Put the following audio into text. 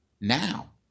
now